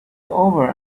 over